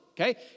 Okay